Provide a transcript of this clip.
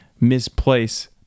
misplace